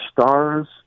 stars